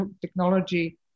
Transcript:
technology